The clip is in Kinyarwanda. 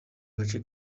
gace